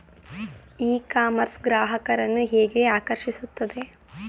E commerce ಗ್ರಾಹಕರನ್ನು ಹೇಗೆ ಆಕರ್ಷಿಸುತ್ತದೆ?